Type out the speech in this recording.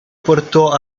portò